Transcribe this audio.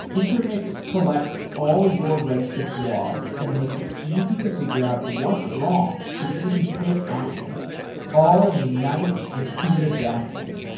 intermix collects all your redshift logs and makes it easy to figure out what's wrong so that you can take action all in a nice intuitive dashboard.